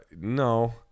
No